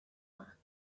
her